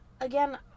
again